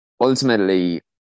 Ultimately